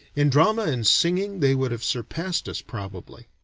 in drama and singing they would have surpassed us probably.